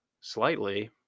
slightly